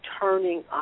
turning